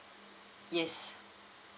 yes